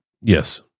Yes